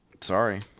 Sorry